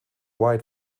white